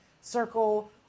circle